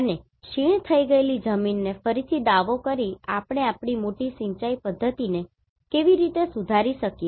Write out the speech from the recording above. અને ક્ષીણ થઈ ગયેલી જમીનને ફરીથી દાવો કરીને આપણે આપણી મોટી સિંચાઇ પદ્ધતિને કેવી રીતે સુધારીએ